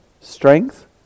Strength